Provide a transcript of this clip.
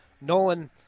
Nolan